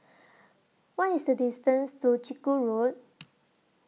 What IS The distance to Chiku Road